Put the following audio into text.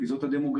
כי זאת הדמוגרפיה,